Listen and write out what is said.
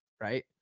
right